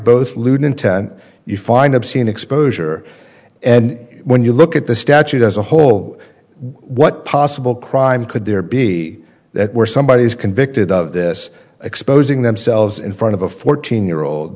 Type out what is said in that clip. intent you find obscene exposure and when you look at the statute as a whole what possible crime could there be that where somebody is convicted of this exposing themselves in front of a fourteen year old